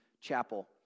Chapel